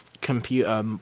computer